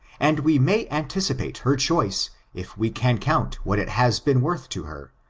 and we may anticipate her choice if we can count what it has been worth to her,